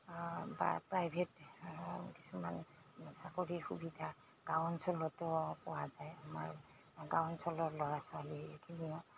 বা প্ৰাইভেট কিছুমান চাকৰিৰ সুবিধা গাঁও অঞ্চলতো পোৱা যায় আমাৰ গাঁও অঞ্চলৰ ল'ৰা ছোৱালীখিনিও